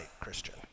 Christian